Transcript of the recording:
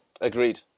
Agreed